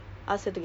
yes